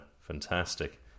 fantastic